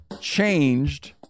changed